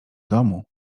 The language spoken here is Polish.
domu